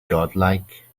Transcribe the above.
godlike